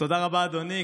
תודה רבה, אדוני.